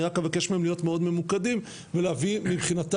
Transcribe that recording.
אני רק אבקש מהם להיות מאוד ממוקדים ולהביא מבחינתם